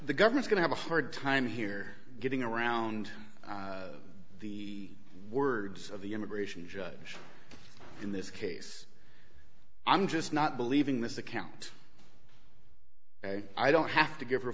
the government going to have a hard time here getting around the words of the immigration judge in this case i'm just not believing this account and i don't have to give her